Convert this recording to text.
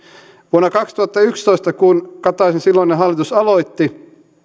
vuonna kaksituhattayksitoista kun kataisen silloinen hallitus aloitti